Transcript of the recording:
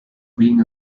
being